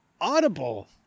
Audible